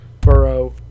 Burrow